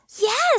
Yes